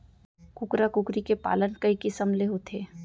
कुकरा कुकरी के पालन कई किसम ले होथे